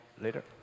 Later